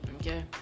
Okay